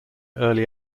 early